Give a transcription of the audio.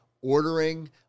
ordering